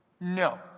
no